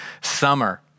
summer